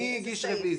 לא.